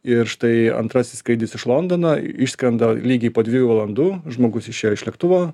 ir štai antrasis skrydis iš londono išskrenda lygiai po dviejų valandų žmogus išėjo iš lėktuvo